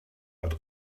but